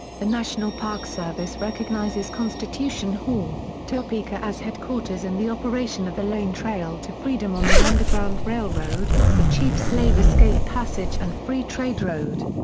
the national park service recognizes constitution hall topeka as headquarters in the operation of the lane trail to freedom on the underground railroad, the chief slave escape passage and free trade road.